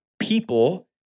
people